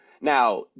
Now